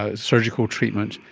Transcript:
ah surgical treatment,